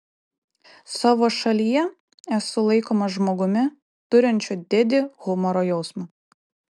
savo šalyje esu laikomas žmogumi turinčiu didį humoro jausmą